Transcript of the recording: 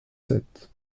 sept